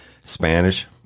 Spanish